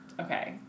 Okay